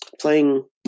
playing